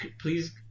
Please